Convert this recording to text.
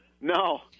No